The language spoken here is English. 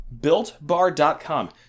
BuiltBar.com